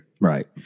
Right